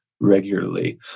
regularly